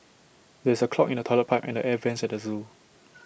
there is A clog in the Toilet Pipe and the air Vents at the Zoo